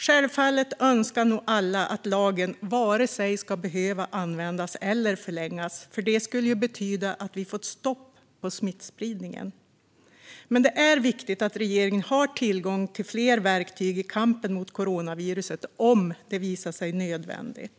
Självfallet önskar nog alla att lagen varken ska behöva användas eller förlängas - det skulle ju betyda att vi fått stopp på smittspridningen. Det är dock viktigt att regeringen har tillgång till fler verktyg i kampen mot coronaviruset om det visar sig nödvändigt.